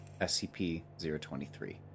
SCP-023